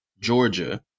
Georgia